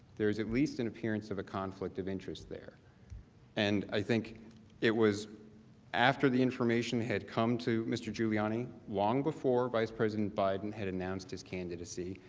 there is at least an appearance of a conflict of interest, and i think it was after the information had come to mr. giuliani, long before vice president biden had announced his candidacy,